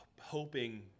hoping